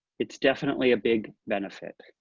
it's definitely a big benefit.